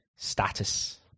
status